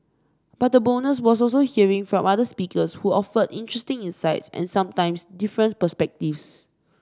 but the bonus was also hearing from other speakers who offered interesting insights and sometimes different perspectives